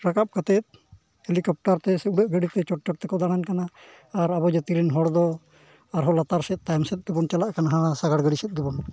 ᱨᱟᱠᱟᱵ ᱠᱟᱛᱮᱫ ᱦᱮᱞᱤᱠᱮᱯᱴᱟᱨᱛᱮ ᱥᱮ ᱩᱰᱟᱹᱜ ᱜᱟᱹᱰᱤᱛᱮ ᱪᱚᱴ ᱪᱚᱴ ᱛᱮᱠᱚ ᱫᱟᱲᱟᱱ ᱠᱟᱱᱟ ᱟᱨ ᱟᱵᱚ ᱡᱟᱹᱛᱤᱨᱮᱱ ᱦᱚᱲᱫᱚ ᱟᱨᱦᱚᱸ ᱞᱟᱛᱟᱨᱥᱮᱫ ᱛᱟᱭᱱᱚᱢ ᱥᱮᱫ ᱛᱮᱵᱚᱱ ᱪᱟᱞᱟᱜ ᱠᱟᱱᱟ ᱦᱟᱱᱟ ᱥᱟᱜᱟᱲ ᱜᱟᱹᱰᱤ ᱥᱮᱫ ᱜᱮᱵᱚᱱ